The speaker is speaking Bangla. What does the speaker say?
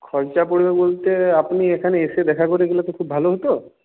খরচা পড়বে বলতে আপনি এখানে এসে দেখা করে গেলে তো খুব ভালো হতো